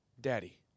daddy